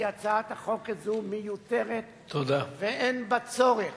כי הצעת החוק הזאת מיותרת ואין בה צורך.